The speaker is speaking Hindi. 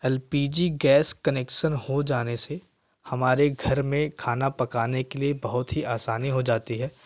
L P G gas connection हो जाने से हमारे घर में खाना पकाने के लिए बहुत ही आसानी हो जाती है